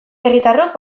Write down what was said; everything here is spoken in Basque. herritarrok